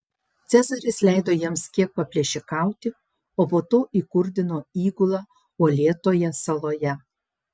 cezaris leido jiems kiek paplėšikauti o po to įkurdino įgulą uolėtoje saloje